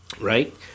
Right